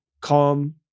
calm